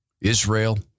Israel